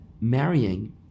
marrying